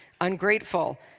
ungrateful